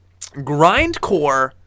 Grindcore